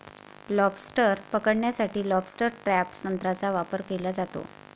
lobster पकडण्यासाठी lobster trap तंत्राचा वापर केला जातो